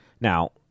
Now